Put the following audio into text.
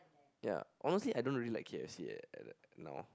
ya honestly I don't really like K_F_C eh now